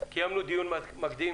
קיימנו דיון מקדים